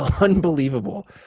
unbelievable